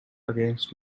against